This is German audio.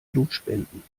blutspenden